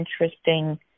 interesting